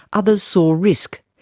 others saw risk.